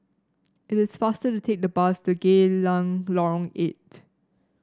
it is faster to take the bus to Geylang Lorong Eight